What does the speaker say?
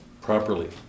properly